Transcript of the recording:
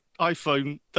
iPhone